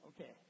Okay